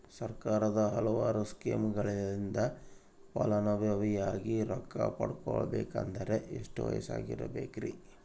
ಸರ್ಕಾರದ ಹಲವಾರು ಸ್ಕೇಮುಗಳಿಂದ ಫಲಾನುಭವಿಯಾಗಿ ರೊಕ್ಕ ಪಡಕೊಬೇಕಂದರೆ ಎಷ್ಟು ವಯಸ್ಸಿರಬೇಕ್ರಿ?